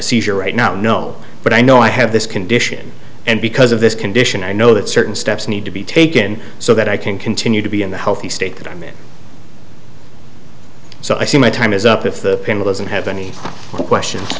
seizure right now i know but i know i have this condition and because of this condition i know that certain steps need to be taken so that i can continue to be in the healthy state that i'm in so i see my time is up if the panel isn't have any questions